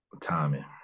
timing